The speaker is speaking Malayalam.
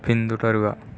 പിന്തുടരുക